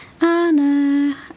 Anna